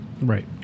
Right